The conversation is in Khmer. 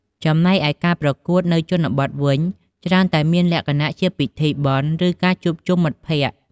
ចំណែកឯការប្រកួតនៅជនបទវិញ ច្រើនតែមានលក្ខណៈជាពិធីបុណ្យ ឬការជួបជុំមិត្តភាព។